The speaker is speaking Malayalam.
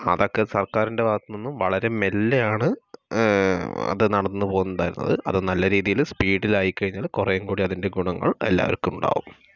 അതൊക്കെ സർക്കാറിൻ്റെ ഭാഗത്തുനിന്നും വളരെ മെല്ലെയാണ് അത് നടന്നു പോവുന്നുണ്ടായിരുന്നത് അത് നല്ല രീതിയില് സ്പീഡിലായിക്കഴിഞ്ഞാല് കുറെയുംകൂടെ അതിൻ്റെ ഗുണങ്ങൾ എല്ലാവർക്കും ഉണ്ടാവും